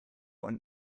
und